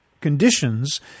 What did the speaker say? conditions